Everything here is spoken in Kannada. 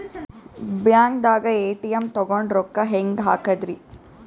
ಬ್ಯಾಂಕ್ದಾಗ ಎ.ಟಿ.ಎಂ ತಗೊಂಡ್ ರೊಕ್ಕ ಹೆಂಗ್ ಹಾಕದ್ರಿ?